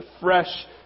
fresh